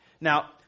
Now